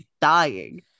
dying